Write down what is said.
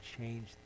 change